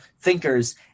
thinkers